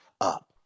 up